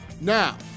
Now